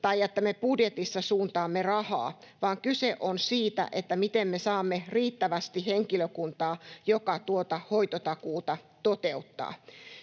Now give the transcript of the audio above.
tai että me budjetissa suuntaamme rahaa, vaan kyse on siitä, miten me saamme riittävästi henkilökuntaa, joka tuota hoitotakuuta toteuttaa.